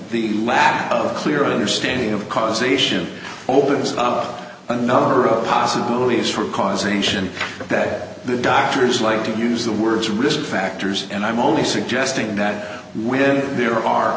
the lap of clear understanding of causation opens up a number of possibilities for causation that the doctors like to use the words risk factors and i'm only suggesting that when there are